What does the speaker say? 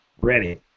Ready